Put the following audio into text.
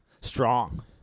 strong